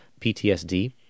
PTSD